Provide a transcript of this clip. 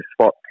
spot